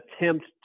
attempt